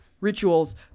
rituals